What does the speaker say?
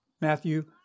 Matthew